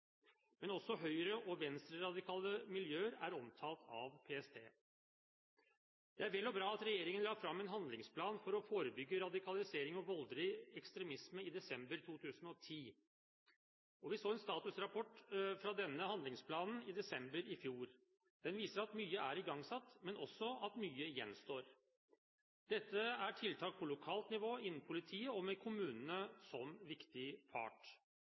Men også høyre- og venstreradikale miljøer er omtalt av PST. Det er vel og bra at regjeringen la fram en handlingsplan for å forebygge radikalisering og voldelig ekstremisme i desember 2010. Vi så en statusrapport for denne handlingsplanen i desember i fjor. Den viser at mye er igangsatt, men også at mye gjenstår. Dette er tiltak på lokalt nivå, innen politiet og med kommunene som viktig